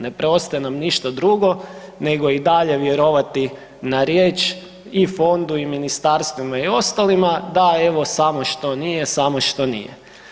Ne preostaje nam ništa drugo nego i dalje vjerovati na riječ i fondu i ministarstvima i ostalima da evo, samo što nije, samo što nije.